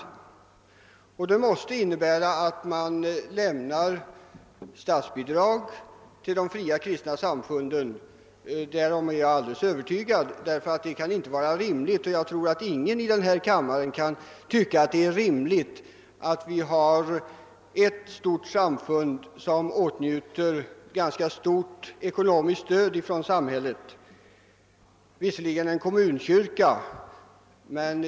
Jag är övertygad om att det måste innebära att man lämnar statsbidrag till de fria kristna samfunden. Ingen i denna kammare kan väl finna det rimligt att enbart ett samfund skall åtnjuta ekonomiskt stöd från samhället och därtill ett ganska stort sådant.